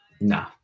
No